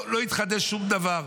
לא התחדש שום דבר.